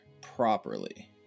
properly